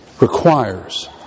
requires